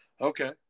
Okay